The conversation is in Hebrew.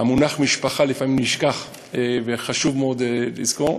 המונח משפחה לפעמים נשכח, וחשוב מאוד לזכור.